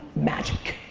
magic!